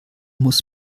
muss